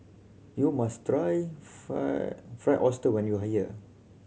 you must try fried Fried Oyster when you are here